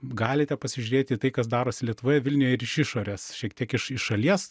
galite pasižiūrėti į tai kas darosi lietuvoje vilniuje ir iš išorės šiek tiek iš iš šalies